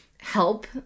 help